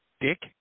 dick